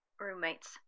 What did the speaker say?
roommates